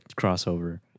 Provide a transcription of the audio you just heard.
crossover